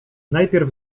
najpierw